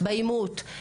בעימות,